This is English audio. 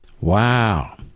Wow